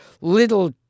little